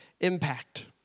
impact